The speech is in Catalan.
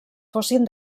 fossin